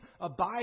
abide